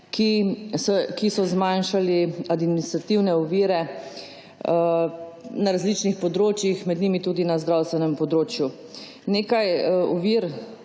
ki so zmanjšali administrativne ovire na različnih področjih, med njimi tudi na zdravstvenem področju. Nekaj ovir,